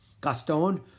Gaston